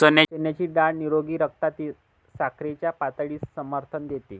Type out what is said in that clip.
चण्याची डाळ निरोगी रक्तातील साखरेच्या पातळीस समर्थन देते